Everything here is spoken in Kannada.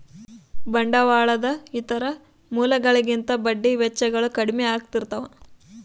ಬಂಡವಾಳದ ಇತರ ಮೂಲಗಳಿಗಿಂತ ಬಡ್ಡಿ ವೆಚ್ಚಗಳು ಕಡ್ಮೆ ಆಗಿರ್ತವ